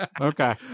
Okay